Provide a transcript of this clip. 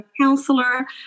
counselor